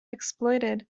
exploited